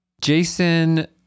Jason